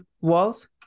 walls